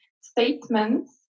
statements